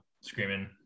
screaming